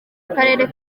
akarere